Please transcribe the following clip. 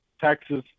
Texas